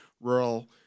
rural